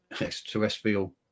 extraterrestrial